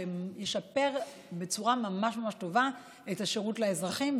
ולשפר בצורה ממש טובה את השירות לאזרחים,